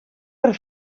per